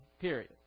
period